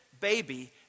baby